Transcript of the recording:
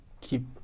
keep